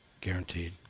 Guaranteed